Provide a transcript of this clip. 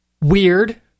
Weird